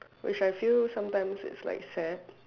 which I feel sometimes is like sad